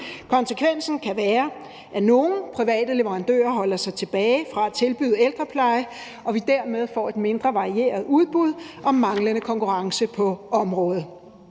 Konsekvensen kan være, at nogle private leverandører holder sig tilbage fra at tilbyde ældrepleje og vi dermed får et mindre varieret udbud og manglende konkurrence på området.